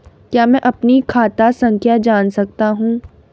क्या मैं अपनी खाता संख्या जान सकता हूँ?